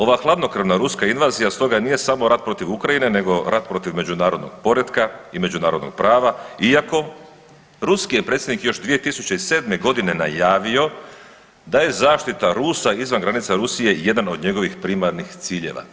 Ova hladnokrvna ruska invazija stoga nije samo rat protiv Ukrajine, nego rat protiv međunarodnog poretka i međunarodnog prava, iako ruski je predsjednik još 2007. godine najavio da je zaštita Rusa izvan granica Rusije jedan od njegovih primarnih ciljeva.